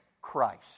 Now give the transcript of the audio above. Christ